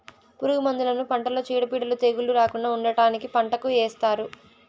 పురుగు మందులను పంటలో చీడపీడలు, తెగుళ్ళు రాకుండా ఉండటానికి పంటకు ఏస్తారు